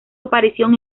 aparición